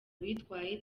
bitwaye